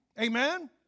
Amen